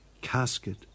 casket